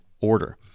order